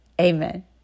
Amen